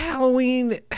Halloween